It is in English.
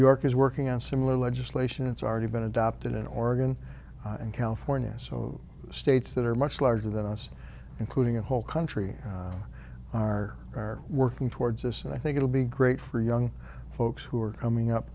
york is working on similar legislation it's already been adopted in oregon and california so states that are much larger than us including a whole country are they're working towards us and i think it'll be great for young folks who are coming up